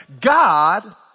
God